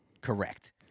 Correct